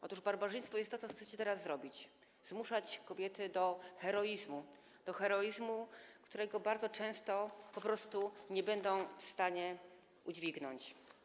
Otóż barbarzyństwem jest to, co chcecie teraz zrobić - zmuszać kobiety do heroizmu, do heroizmu, którego bardzo często po prostu nie będą w stanie udźwignąć.